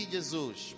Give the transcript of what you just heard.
Jesus